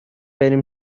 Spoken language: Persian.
بریم